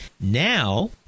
Now